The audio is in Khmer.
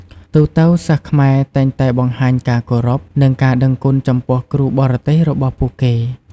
ទូទៅ សិស្សខ្មែរតែងតែបង្ហាញការគោរព និងការដឹងគុណចំពោះគ្រូបរទេសរបស់ពួកគេ។